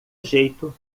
jeito